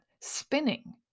spinning